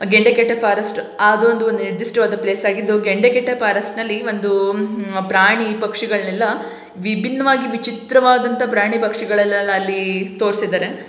Gendekatte forest ಆದೊಂದು ನಿರ್ದಿಷ್ಟ್ವಾದ ಪ್ಲೇಸಾಗಿದ್ದು ಗೆಂಡೆಕಟ್ಟೆ ಪಾರೆಸ್ಟ್ನಲ್ಲಿ ಒಂದು ಪ್ರಾಣಿ ಪಕ್ಷಿಗಳ್ನೆಲ್ಲ ವಿಭಿನ್ನವಾಗಿ ವಿಚಿತ್ರವಾದಂಥ ಪ್ರಾಣಿ ಪಕ್ಷಿಗಳನ್ನೆಲ್ಲ ಅಲ್ಲಿ ತೋರ್ಸಿದ್ದಾರೆ